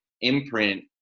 imprint